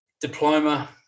diploma